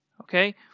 Okay